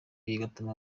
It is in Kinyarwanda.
bigatuma